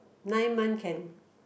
nine month can